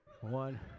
One